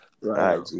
right